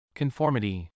conformity 。